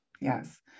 Yes